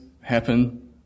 happen